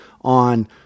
on